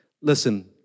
Listen